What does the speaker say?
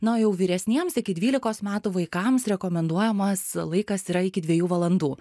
na o jau vyresniems iki dvylikos metų vaikams rekomenduojamas laikas yra iki dviejų valandų